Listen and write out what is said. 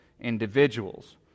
individuals